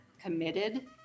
committed